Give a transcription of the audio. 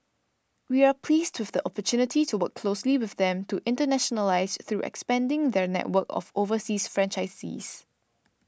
we are pleased with the opportunity to work closely with them to internationalise through expanding their network of overseas franchisees